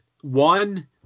One